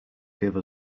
give